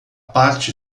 parte